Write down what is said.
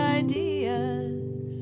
ideas